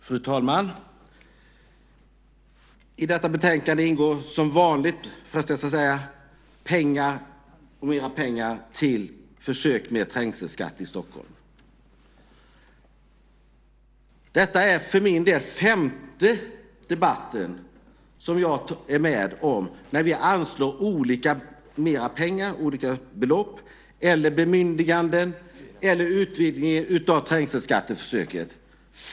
Fru talman! I detta betänkande ingår, som vanligt, frestas jag säga, pengar och mera pengar till försök med trängselskatt i Stockholm. Detta är femte debatten som jag är med om där vi anslår mera pengar till olika belopp eller ger bemyndiganden eller utvidgar trängselskatteförsöket.